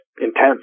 intense